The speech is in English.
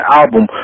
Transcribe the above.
album